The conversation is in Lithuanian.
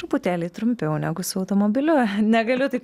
truputėlį trumpiau negu su automobiliu negaliu taip